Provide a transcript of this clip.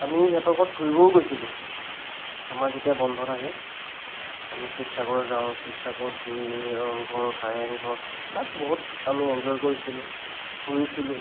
আমি সিহঁতৰ ঘৰত ফুৰিবও গৈছিলোঁ আমাৰ যেতিয়া বন্ধ থাকে আমি শিৱসাগৰ যাওঁ শিৱসাগৰত গৈ ৰংঘৰ কাৰেংঘৰ তাত বহুত আমি এনজয় কৰিছিলোঁ ফুৰিছিলোঁ